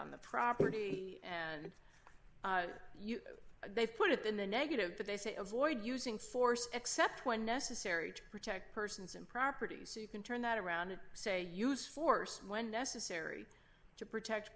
on the property and they put it in the negative but they say avoid using force except when necessary to protect persons and properties so you can turn that around and say use force when necessary to protect